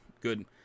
good